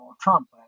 Trump